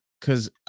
Cause